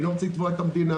אני לא רוצה לתבוע את המדינה.